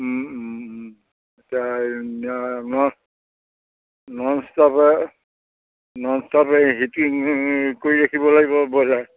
এতিয়া এই নন ননষ্টপে ননষ্টপে হিটিং কৰি ৰাখিব লাগিব বজাৰ